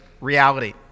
reality